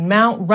Mount